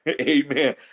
Amen